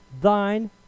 thine